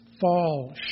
fall